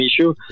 issue